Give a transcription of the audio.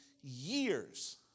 years